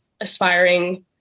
aspiring